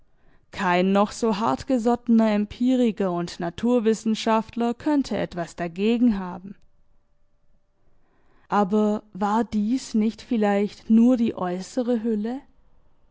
kein noch so hart gesottener empiriker und naturwissenschaftler könnte etwas dagegen haben aber war dies nicht vielleicht nur die äußere hülle